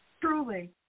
Truly